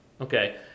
Okay